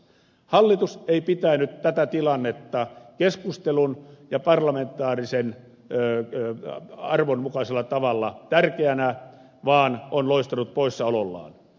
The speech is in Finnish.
hallitus ei pitänyt tätä tilannetta keskustelun ja parlamentaarisen arvon mukaisella tavalla tärkeänä vaan on loistanut poissaolollaan